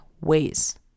ways